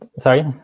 Sorry